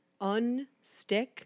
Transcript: unstick